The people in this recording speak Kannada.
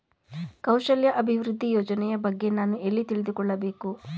ಕೌಶಲ್ಯ ಅಭಿವೃದ್ಧಿ ಯೋಜನೆಯ ಬಗ್ಗೆ ನಾನು ಎಲ್ಲಿ ತಿಳಿದುಕೊಳ್ಳಬೇಕು?